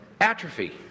atrophy